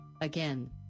again